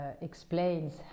explains